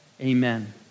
amen